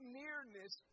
nearness